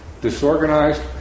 disorganized